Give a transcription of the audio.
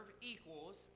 equals